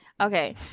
Okay